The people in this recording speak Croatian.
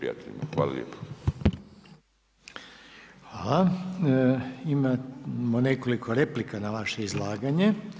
Imamo nekoliko replika na vaše izlaganje.